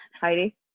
Heidi